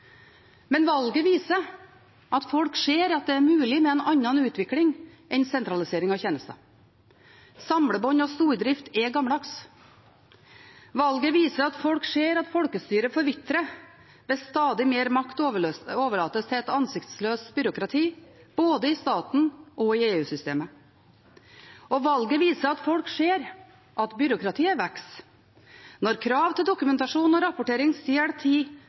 men den handler også om balanse og jevnbyrdighet mellom by og land. Det er den balansen som over flere år har vært truet av Høyre og Fremskrittspartiet i regjering. Valget viser at folk ser at det er mulig med en annen utvikling enn sentralisering av tjenester. Samlebånd og stordrift er gammeldags. Valget viser at folk ser at folkestyret forvitrer ved at stadig mer makt overlates til et ansiktsløst byråkrati både i staten og i